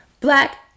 Black